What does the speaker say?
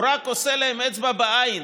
הוא רק עושה להם אצבע בעין,